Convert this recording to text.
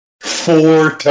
four